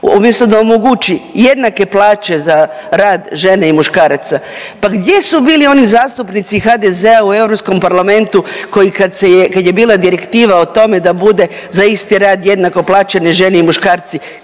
umjesto da omogući jednake plaće za rad žena i muškaraca, pa gdje su bili oni zastupnici HDZ-a u Europskom parlamentu koji kad se je, kad je bila Direktiva o tome da bude za isti rad jednako plaćene žene i muškarci,